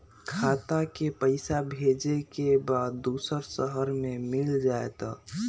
खाता के पईसा भेजेए के बा दुसर शहर में मिल जाए त?